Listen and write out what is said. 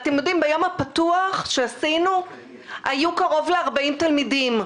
ביום הפתוח שעשינו היו קרוב ל-40 תלמידים.